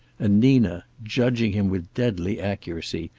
and nina, judging him with deadly accuracy,